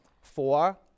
Four